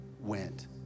went